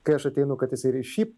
kai aš ateinu kad jisai šiaip